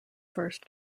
first